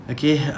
Okay